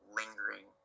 lingering